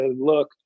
Look